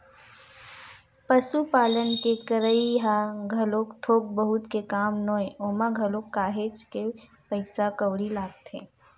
पसुपालन के करई ह घलोक थोक बहुत के काम नोहय ओमा घलोक काहेच के पइसा कउड़ी लगथे